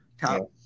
Top